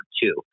two